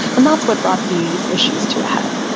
and that's what brought these issues to a head,